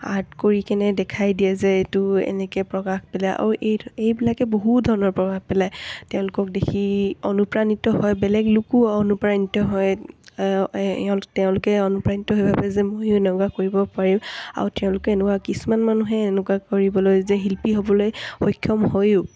art কৰি কেনে দেখাই দিয়ে যে এইটো এনেকৈ প্ৰকাশ পেলায় আৰু এইবিলাকে বহু ধৰণৰ প্ৰভাৱ পেলায় তেওঁলোকক দেখি অনুপ্ৰাণিত হয় বেলেগ লোকো অনুপ্ৰাণিত হয় এওঁ তেওঁলোকে অনুপ্ৰাণিত হৈ ভাবে যে মইও এনেকুৱা কৰিব পাৰিম আৰু তেওঁলোকে এনেকুৱা কিছুমান মানুহে এনেকুৱা কৰিবলৈ যে শিল্পী হ'বলৈ সক্ষম হৈয়ো